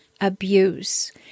abuse